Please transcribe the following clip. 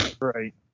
Right